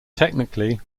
technically